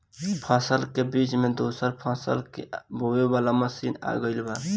फसल के बीच मे दोसर फसल के बोवे वाला मसीन आ गईल बा